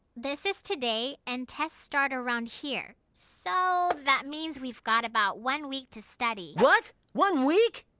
this is today, and test start around here. so that means we've got about one week to study. what? one week!